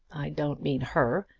don't mean her.